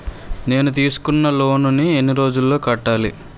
నేను తీసుకున్న లోన్ నీ ఎన్ని రోజుల్లో కట్టాలి?